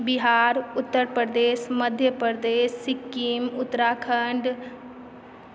Bihar Uttar Pradesh Madhya Pradesh Sikkim Uttarakhand